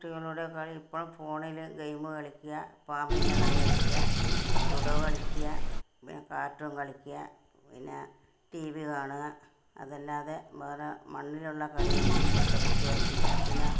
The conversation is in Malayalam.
കുട്ടികളുടെ കളി ഇപ്പോൾ ഫോണിൽ ഗെയിം കളിക്കുക പാമ്പിൻ്റെ കളി കളിക്കുക ലൂഡോ കളിക്കുക പിന്നെ കാർട്ടൂൺ കളിക്കുക പിന്നെ ടി വി കാണുക അതല്ലാതെ വേറെ മണ്ണിലുള്ള കളിയൊന്നും ഇപ്പോഴത്തെ കുട്ടികൾക്കില്ല പിന്നെ